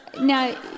Now